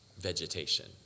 vegetation